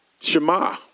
Shema